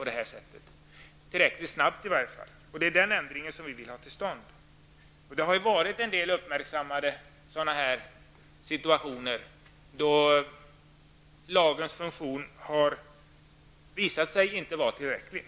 Vi vill ha till stånd en ändring i det fallet. Det har förekommit en del uppmärksammade fall då lagens funktion har visat sig vara otillräcklig.